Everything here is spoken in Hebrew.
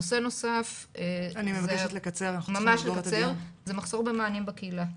נושא נוסף זה מחסור במענים בקהילה.